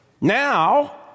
Now